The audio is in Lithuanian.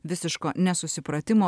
visiško nesusipratimo